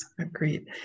agreed